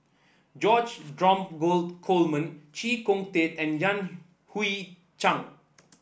George Dromgold Coleman Chee Kong Tet and Yan Hui Chang